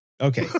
okay